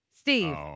Steve